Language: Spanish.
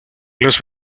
los